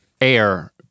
air